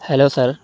hello sir